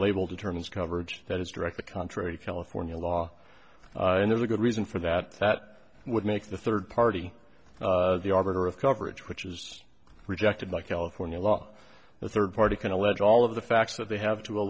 label determines coverage that is directly contrary california law and there's a good reason for that that would make the third party the arbiter of coverage which is rejected by california law the third party can allege all of the facts that they have to